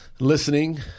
listening